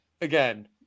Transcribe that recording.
again